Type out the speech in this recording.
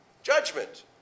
Judgment